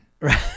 Right